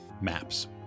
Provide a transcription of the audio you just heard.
maps